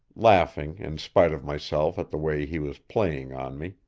laughing in spite of myself at the way he was playing on me.